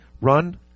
run